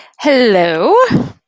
Hello